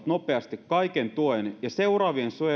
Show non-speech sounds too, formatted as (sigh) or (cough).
(unintelligible) nopeasti kaiken tuen ja seuraavien